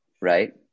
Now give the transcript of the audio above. Right